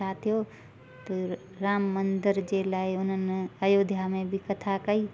छा थियो राम मंदर जे लाइ हुननि आयोध्या में बि कथा कई